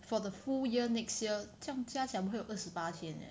for the full year next year 这样加起来不是会有二十八天 eh